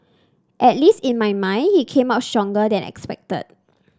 at least in my mind he came out stronger than expected